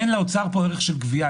אין לאוצר הליך של גבייה.